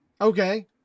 Okay